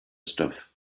stuff